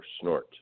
snort